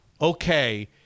okay